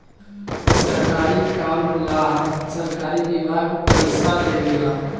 सरकारी काम ला सरकारी विभाग पइसा देवे ला